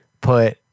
put